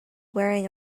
wearing